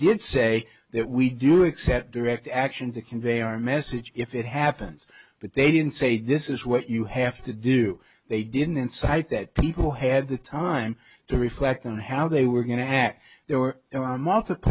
did say that we do except direct action to convey our message if it happens but they didn't say this is what you have to do they didn't incite that people had the time to reflect on how they were going to act they were there are multipl